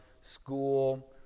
school